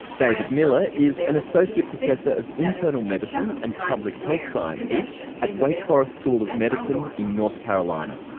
david miller is an associate professor of internal medicine and public health sciences at wake forest school of medicine in north carolina.